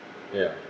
ya